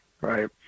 right